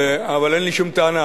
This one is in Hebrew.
אבל אין לי שום טענה,